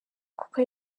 kuko